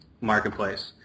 marketplace